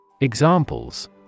Examples